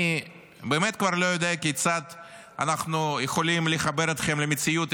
אני באמת כבר לא יודע כיצד אנחנו יכולים לחבר אתכם למציאות,